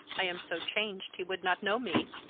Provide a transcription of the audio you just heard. i am so changed he would not know me.